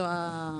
זאת המטרה.